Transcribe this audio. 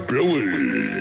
Billy